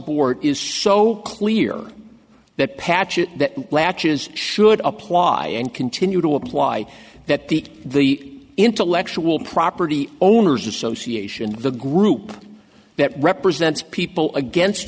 board is so clear that patchett that latches should apply and continue to apply that to the intellectual property owners association the group that represents people against